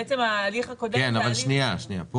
בעצם ההליך הקודם הוא הליך --- בסעיף